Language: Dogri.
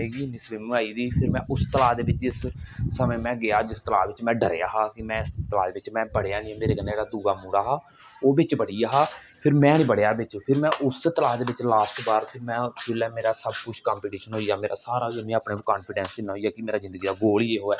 कि जिस टाइम दे बिच मिगी इन्नी स्बिमिंग आई गेदी ही उस समें मे गेआ जिस तला बिच में डरेआ हा कि में इस तला दे बिच में बड़ेआ ते मेरे कन्नै जेहका दूआ मुड़ा हा ओह् बिच बड़ी गेआ हा फिर में नेईं बडे़आ बिच फिर में उस तला दे बिच लास्ट बार फिर में जिसलै मेरा सब कुछ क्मपीटिशन होई गेआ मेरा स्हारा होई गेआ मिगी अपने उप्पर कान्फीडेस इन्ना होई गेआ कि मेरा जिंगदी दा गोल ही इयो है